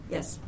Yes